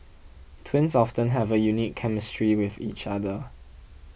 twins often have a unique chemistry with each other